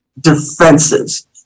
defenses